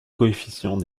coefficients